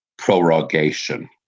prorogation